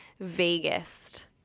vaguest